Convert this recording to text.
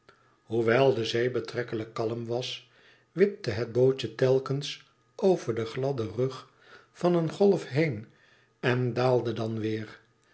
hoewel de zee betrekkelijk kalm was wipte het bootje telkens over den gladden rug van een golf heen en daalde dan weêr